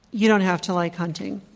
you don't have to like hunting